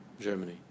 Germany